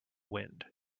wind